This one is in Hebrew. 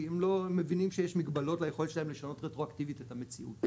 כי הם לא מבינים שיש מגבלות ליכולת שלהם לשנות רטרואקטיבית את המציאות.